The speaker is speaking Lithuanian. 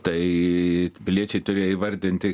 tai piliečiai turėjo įvardinti